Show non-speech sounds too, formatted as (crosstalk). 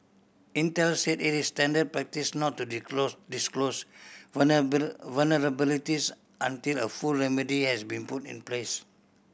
Intel said it is standard practice not to (unintelligible) disclose (unintelligible) vulnerabilities until a full remedy has been put in place